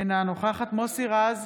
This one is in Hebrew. אינה נוכחת מוסי רז,